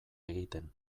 egiten